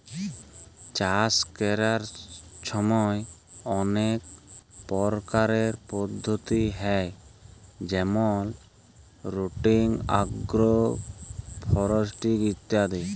চাষ ক্যরার ছময় অলেক পরকারের পদ্ধতি হ্যয় যেমল রটেটিং, আগ্রো ফরেস্টিরি ইত্যাদি